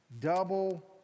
Double